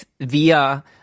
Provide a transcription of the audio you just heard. via